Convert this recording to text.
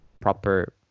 proper